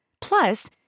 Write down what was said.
Plus